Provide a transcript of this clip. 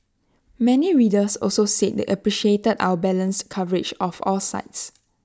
many readers also said they appreciated our balanced coverage of all sides